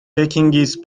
pekingese